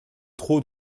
trop